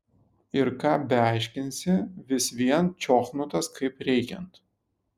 ir ką beaiškinsi vis vien čiochnutas kaip reikiant